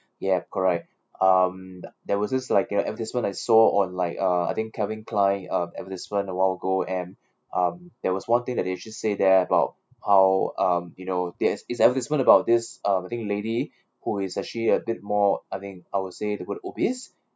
yup correct um there was this like a advertisement I saw on like uh I think Calvin Klein um advertisement a while ago and um there was one thing that they just say there about how um you know this this advertisement about this um I think lady who is actually a bit more I think I would say they go to obese